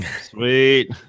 Sweet